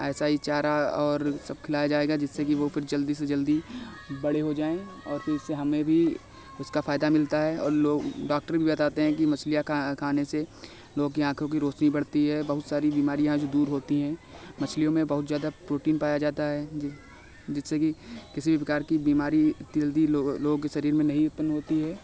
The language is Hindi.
ऐसा ही चारा और सब खिलाया जाएगा जिससे कि वह जल्दी से जल्दी बड़े हो जाए और फिर इससे हमें भी उसका फ़ायदा मिलता है और लोग डॉक्टर भी बताते हैं कि मछलियाँ खा खाने से लोगों की आँखों की रौशनी बढ़ती है बहुत सारी बीमारियाँ जो दूर होती हैं मछलियों में बहुत ज़्यादा प्रोटीन पाया जाता है जि जिससे कि किसी भी प्रकार की बीमारी इतनी जल्दी लोगों लोगों के शरीर में नहीं उत्पन्न होती है